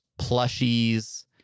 plushies